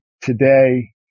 today